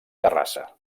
terrassa